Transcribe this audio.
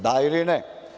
Da ili ne.